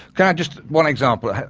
can i just? one example,